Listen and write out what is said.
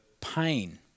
pain